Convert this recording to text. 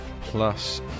plus